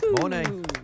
Morning